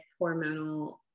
hormonal